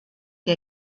der